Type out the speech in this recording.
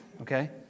okay